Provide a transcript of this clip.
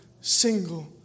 single